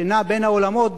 שנע בין העולמות,